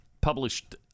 published